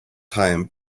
time